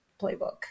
Playbook